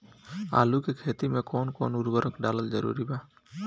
आलू के खेती मे कौन कौन उर्वरक डालल जरूरी बा?